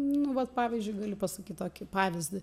nu vat pavyzdžiui gali pasakyt tokį pavyzdį